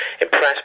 impressed